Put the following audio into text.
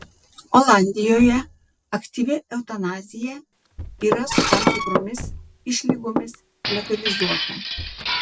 olandijoje aktyvi eutanazija yra su tam tikromis išlygomis legalizuota